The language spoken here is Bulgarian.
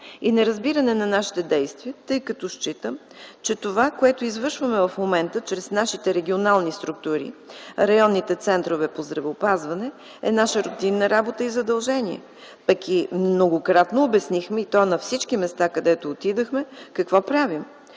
и неразбиране на нашите действия, тъй като считам, че това, което извършваме в момента чрез регионалните ни структури – районните центрове по здравеопазване, е рутинна работа и задължение, пък и многократно обяснихме и то на всички места, където отидохме, какво правим.